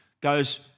goes